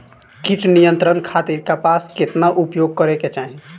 कीट नियंत्रण खातिर कपास केतना उपयोग करे के चाहीं?